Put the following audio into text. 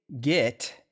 get